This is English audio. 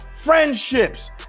friendships